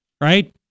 right